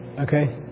okay